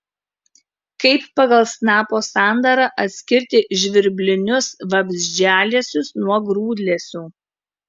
kaip pagal snapo sandarą atskirti žvirblinius vabzdžialesius nuo grūdlesių